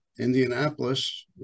Indianapolis